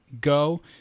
go